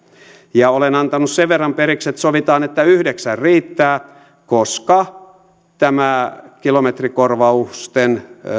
ja olen antanut sen verran periksi että sovitaan että yhdeksän riittää koska tämä kilometrikorvausten